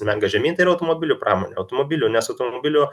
smenga žemyn tai yra automobilių pramonė automobilių nes automobilių